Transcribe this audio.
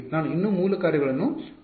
ನಾನು ಇನ್ನೂ ಮೂಲ ಕಾರ್ಯಗಳನ್ನು ಬದಲಿ ಮಾಡಿಲ್ಲ